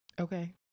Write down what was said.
Okay